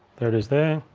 there it is there,